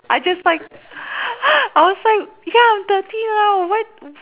I just like I was like ya I'm thirty now what